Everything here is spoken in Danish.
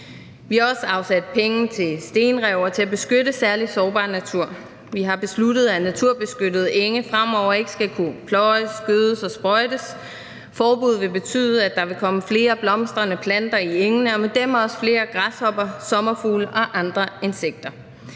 Vi har også afsat penge til stenrev og til at beskytte særligt sårbar natur. Vi har besluttet, at naturbeskyttede enge fremover ikke skal kunne pløjes, gødes og sprøjtes. Forbuddet vil betyde, at der vil komme flere blomstrende planter i engene og med dem også flere græshopper sommerfugle og andre insekter.